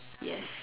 yes